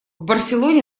барселоне